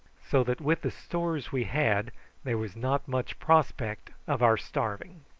so that with the stores we had there was not much prospect of our starving.